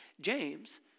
James